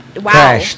Wow